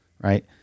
Right